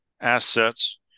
assets